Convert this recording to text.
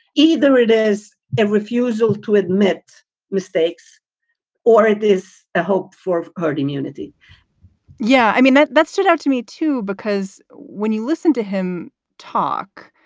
either it is a refusal to admit mistakes or it is a hope for herd immunity yeah. i mean, that that's stood out to me, too, because when you listen to him talk,